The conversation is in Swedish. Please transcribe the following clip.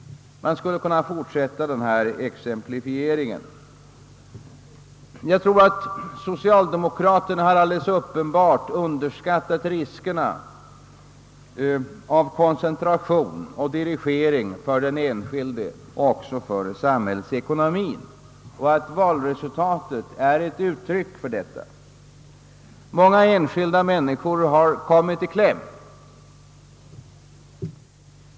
Man skulle kunna fortsätta denna exemplifiering. Jag tror att socialdemokraterna alldeles uppenbart underskattat riskerna av koncentration och dirigering för den enskilde och även för samhällsekonomin och att valresultatet är ett uttryck för detta. Många enskilda människor har kommit i kläm.